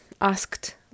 asked